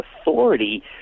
authority